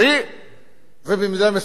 ובמידה מסוימת בעיירות הפיתוח.